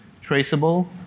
traceable